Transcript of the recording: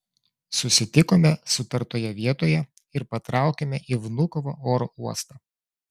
susitikome sutartoje vietoje ir patraukėme į vnukovo oro uostą